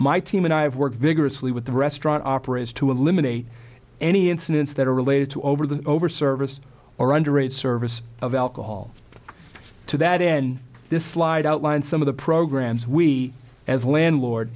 my team and i have worked vigorously with the restaurant operates to eliminate any incidents that are related to over the over service or underage service of alcohol to that end this slide outlined some of the programs we as a landlord